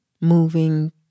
moving